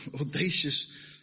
audacious